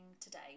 today